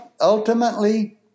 ultimately